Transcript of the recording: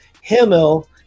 Himmel